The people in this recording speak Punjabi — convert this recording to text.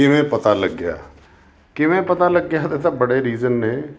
ਕਿਵੇਂ ਪਤਾ ਲੱਗਿਆ ਕਿਵੇਂ ਪਤਾ ਲੱਗਿਆ ਇਹ ਤਾਂ ਬੜੇ ਰੀਜ਼ਨ ਨੇ